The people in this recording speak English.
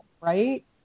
right